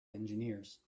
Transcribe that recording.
engineers